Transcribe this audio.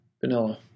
vanilla